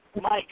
Mike